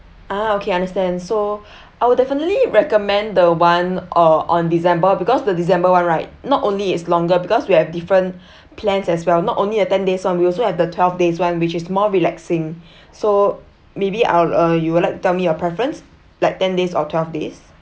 uh okay understand so I would definitely recommend the one uh on december because the december one right not only it's longer because we have different plans as well not only a ten days one we also have the twelve days one which is more relaxing so maybe I'll uh you would like tell me your preference like ten days or twelve days